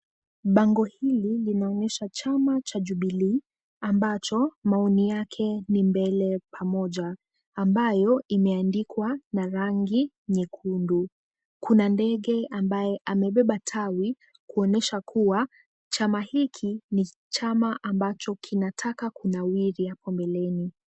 Bango hili linaonyesha chama cha Jubilee ambacho maoni yake ni mbele pamoja ambayo imeandikwa na rangi nyekundu. Kuna ndege ambaye amebeba tawi kuonyesha kuwa chama hiki ni chama ambacho kinataka kunawiri hapo mbeleni.